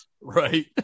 Right